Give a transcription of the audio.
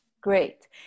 Great